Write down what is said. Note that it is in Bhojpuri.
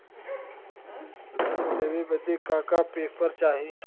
लोन लेवे बदे का का पेपर चाही?